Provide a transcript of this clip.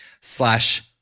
slash